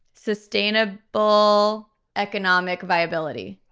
sustainable economic viability.